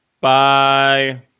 Bye